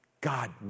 God